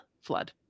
flood